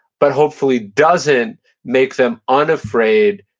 but hopefully doesn't make them unafraid.